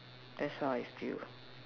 that's how I feel